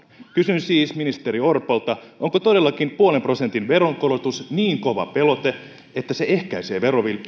kysyn siis ministeri orpolta onko todellakin puolen prosentin veronkorotus niin kova pelote että se ehkäisee verovilppiä